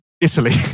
Italy